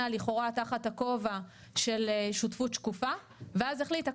לכאורה תחת הכובע של שותפות שקופה ואז החליטה,